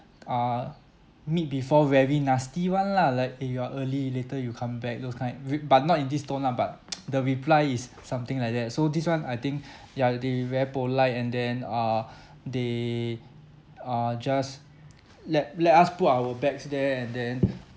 uh meet before very nasty one lah like eh you are early later you come back those kind re~ but not in this tone lah but the reply is something like that so this one I think ya they very polite and then uh they uh just let let us put our bags there and then